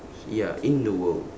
ya in the world